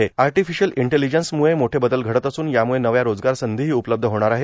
ऑर्टार्फाशयल intelligence मुळे मोठे बदल घडत असून यामुळे नव्या रोजगार संधीहो उपलब्ध होणार आहे